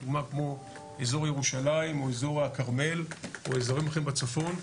לדוגמה כמו אזור ירושלים או אזור הכרמל או אזורים אחרים בצפון,